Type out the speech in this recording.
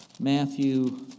Matthew